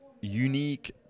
unique